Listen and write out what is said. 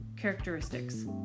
Characteristics